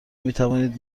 میتوانید